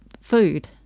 food